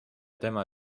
tema